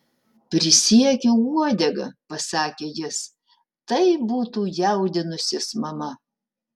prisiekiu uodega pasakė jis tai būtų jaudinusis mama